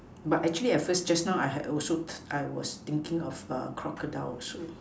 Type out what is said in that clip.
but actually at first just now I also I was thinking of crocodile also